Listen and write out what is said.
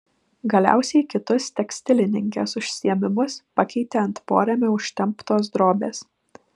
galiausiai kitus tekstilininkės užsiėmimus pakeitė ant porėmio užtemptos drobės